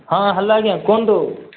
ହଁ ହ୍ୟାଲୋ ଆଜ୍ଞା କୁହନ୍ତୁ